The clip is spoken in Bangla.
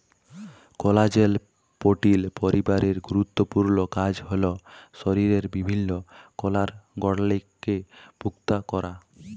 কলাজেল পোটিল পরিবারের গুরুত্তপুর্ল কাজ হ্যল শরীরের বিভিল্ল্য কলার গঢ়লকে পুক্তা ক্যরা